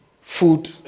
food